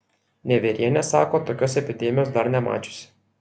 nevierienė sako tokios epidemijos dar nemačiusi